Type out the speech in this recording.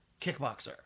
kickboxer